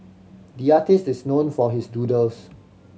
the artist is known for his doodles